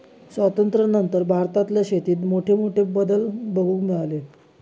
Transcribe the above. स्वातंत्र्यानंतर भारतातल्या शेतीत मोठमोठे बदल बघूक मिळाले